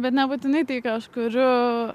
bet nebūtinai tai ką aš kuriu